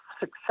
success